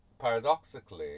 paradoxically